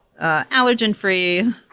allergen-free